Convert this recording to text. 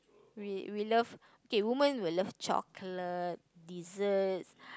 we we love okay woman will love chocolate dessert